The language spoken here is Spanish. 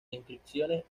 inscripciones